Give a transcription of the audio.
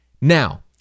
Now